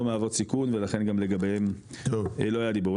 מהוות סיכון ולכן גם לגביהם לא היה לי דיבור,